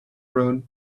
road